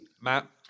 Matt